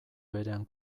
berean